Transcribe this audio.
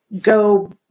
go